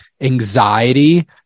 anxiety